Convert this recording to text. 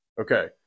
Okay